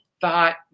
thought